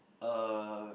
a